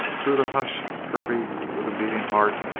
through the hush hervey, with a beating heart,